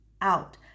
out